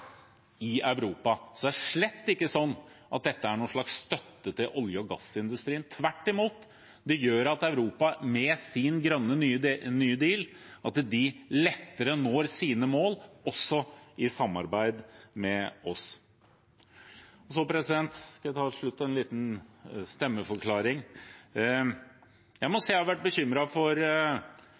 i Europa. Det er slett ikke sånn at dette er en slags støtte til olje- og gassindustrien. Tvert imot, det gjør at Europa, med sin grønne nye deal, lettere når sine mål, også i samarbeid med oss. Så skal jeg til slutt ta en liten stemmeforklaring. Jeg må si jeg har vært bekymret for